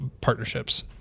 partnerships